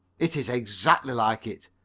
it is exactly like it,